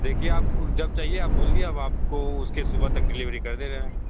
देखिए आपको जब चाहिए आप बोलिए हम आपको उसके सुबह तक डेलीवेरी कर दे रहे हैं